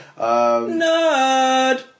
Nerd